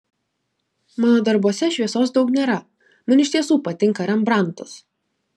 mano darbuose šviesos daug nėra man iš tiesų patinka rembrandtas